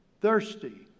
thirsty